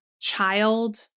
child